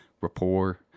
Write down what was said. rapport